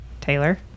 Taylor